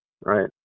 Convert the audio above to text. right